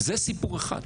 זה סיפור אחד.